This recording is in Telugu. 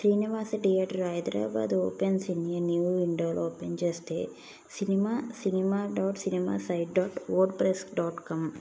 Srinivasa theatre Hyderabad opens in a new window open చేస్తే cinema cinema dot cinema site dot wordpress dot com